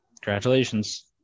Congratulations